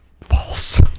False